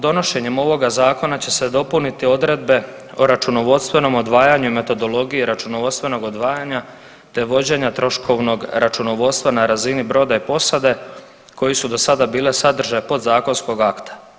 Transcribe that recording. Donošenjem ovoga zakona će se dopuniti odredbe o računovodstvenom odvajanju i metodologiji računovodstvenog odvajanja te vođenja troškovnog računovodstva na razini broda i posade koji su do sada bile sadržaj podzakonskog akta.